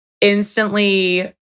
instantly